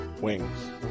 wings